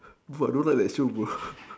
what don't like that show